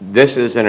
this is an